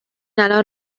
الان